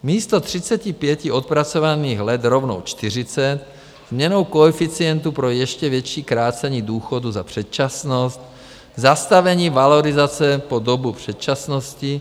Místo 35 odpracovaných let rovnou 40, změnou koeficientu pro ještě větší krácení důchodů za předčasnost, zastavení valorizace po dobu předčasnosti.